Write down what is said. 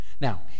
now